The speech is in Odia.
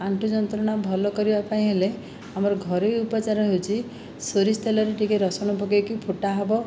ଆଣ୍ଠୁ ଯନ୍ତ୍ରଣା ଭଲ କରିବା ପାଇଁ ହେଲେ ଆମର ଘରୋଇ ଉପଚାର ହେଉଛି ସୋରିଷ ତେଲରେ ଟିକେ ରସୁଣ ପକେଇକି ଫୁଟା ହେବ